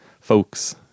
folks